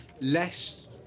less